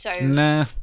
Nah